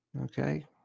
Okay